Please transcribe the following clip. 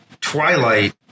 Twilight